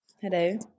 Hello